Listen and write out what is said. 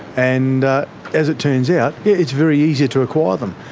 and as it turns out it's very easy to acquire them.